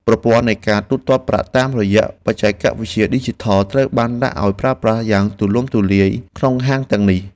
ប្រព័ន្ធនៃការទូទាត់ប្រាក់តាមរយៈបច្ចេកវិទ្យាឌីជីថលត្រូវបានដាក់ឱ្យប្រើប្រាស់យ៉ាងទូលំទូលាយក្នុងហាងទាំងនេះ។